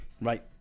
right